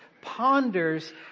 ponders